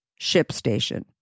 ShipStation